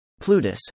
Plutus